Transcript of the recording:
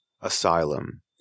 asylum